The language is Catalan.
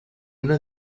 una